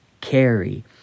carry